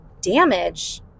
damage